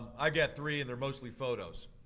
i got three and they're mostly photos.